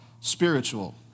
spiritual